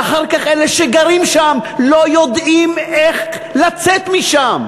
שאחר כך אלה שגרים שם לא יודעים איך לצאת משם,